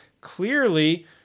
clearly